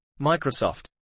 Microsoft